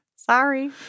Sorry